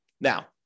Now